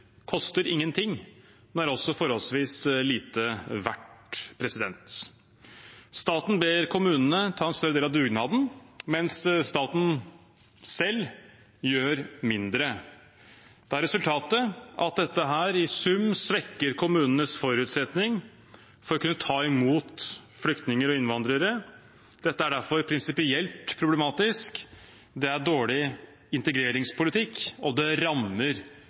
koster ingenting, men er altså forholdsvis lite verdt. Staten ber kommunene ta en større del av dugnaden, mens staten selv gjør mindre. Da er resultatet at dette i sum svekker kommunenes forutsetning for å kunne ta imot flyktninger og innvandrere. Dette er derfor prinsipielt problematisk, det er dårlig integreringspolitikk, og det rammer